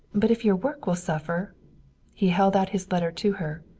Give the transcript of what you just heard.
but if your work will suffer he held out his letter to her.